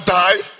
die